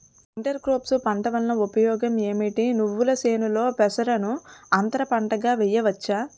Inter crops పంట వలన ఉపయోగం ఏమిటి? నువ్వుల చేనులో పెసరను అంతర పంటగా వేయవచ్చా?